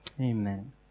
amen